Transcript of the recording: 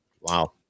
Wow